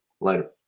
Later